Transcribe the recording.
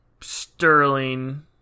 Sterling